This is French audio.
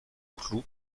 clous